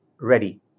ready